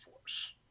force